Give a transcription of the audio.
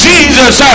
Jesus